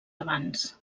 abans